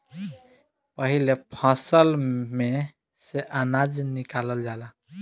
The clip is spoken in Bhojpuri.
पाहिले फसल में से अनाज निकालल जाला